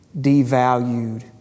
devalued